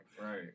Right